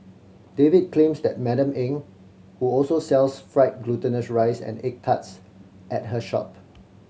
David claims that Madam Eng who also sells fried glutinous rice and egg tarts at her shop